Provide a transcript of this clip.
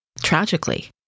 tragically